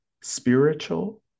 spiritual